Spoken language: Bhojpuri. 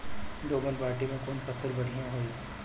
दोमट माटी में कौन फसल बढ़ीया होई?